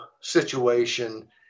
situation